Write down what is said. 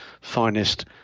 finest